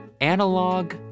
analog